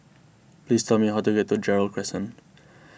please tell me how to get to Gerald Crescent